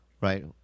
Right